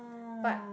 but